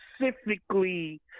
specifically